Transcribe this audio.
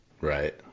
Right